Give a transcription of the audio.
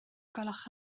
gwelwch